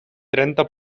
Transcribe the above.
trenta